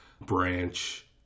branch